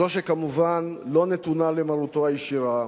זו שכמובן לא נתונה למרותו הישירה.